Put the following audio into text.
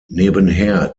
nebenher